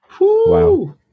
Wow